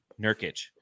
Nurkic